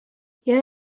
yari